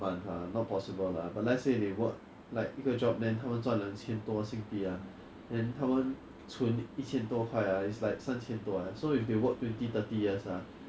I don't I think that's just the people who we are able to see lah because the people who can afford to travel right are the people who are more affluent and everything and when we look at the lifestyles of 那些 like 明星 or whatever